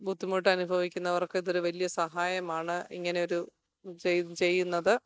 ബുദ്ധിമുട്ടനുഭവിക്കുന്നവർക്ക് ഇതൊരു വലിയ സഹായമാണ് ഇങ്ങനൊരു ചെയ് ചെയ്യുന്നത്